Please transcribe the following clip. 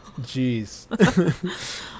jeez